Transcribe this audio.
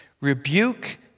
rebuke